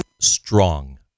Strong